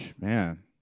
Man